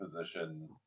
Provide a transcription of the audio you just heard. position